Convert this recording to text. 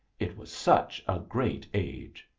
it was such a great age!